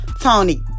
Tony